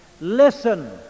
Listen